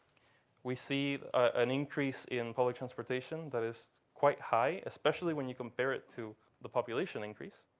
we see an increase in public transportation that is quite high, especially when you compare it to the population increase.